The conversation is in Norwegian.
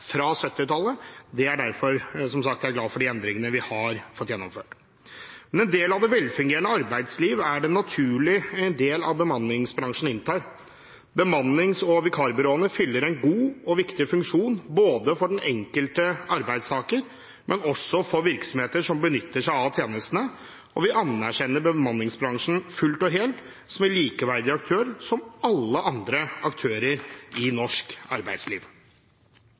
Det er derfor jeg, som sagt, er glad for de endringene vi har fått gjennomført. Men en del av det velfungerende arbeidsliv er det naturlig at bemanningsbransjen inntar. Bemannings- og vikarbyråene fyller en god og viktig funksjon, både for den enkelte arbeidstaker og for virksomheter som benytter seg av tjenestene. Vi anerkjenner bemanningsbransjen fullt og helt som en aktør likeverdig med alle andre aktører i norsk arbeidsliv.